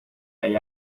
hay